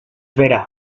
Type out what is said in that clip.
bera